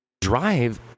drive